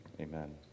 amen